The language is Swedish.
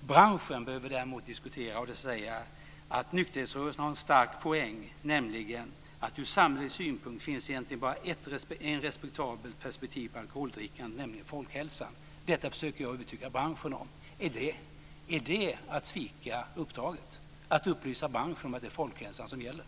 Branschen behöver däremot diskutera - och det säger jag - att nykterhetsrörelsen har en stark poäng, nämligen att det från samhällelig synpunkt egentligen bara finns ett respektabelt perspektiv på alkoholdrickande - och det är folkhälsan. Detta försöker jag övertyga branschen om. Är det att svika uppdraget att upplysa branschen om att det är folkhälsan som gäller?